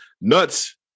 nuts